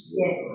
yes